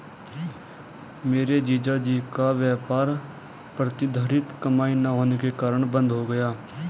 मेरे जीजा जी का व्यापार प्रतिधरित कमाई ना होने के कारण बंद हो गया